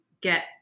get